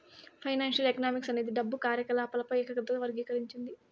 financial economics అనేది డబ్బు కార్యకాలపాలపై ఏకాగ్రత వర్గీకరించింది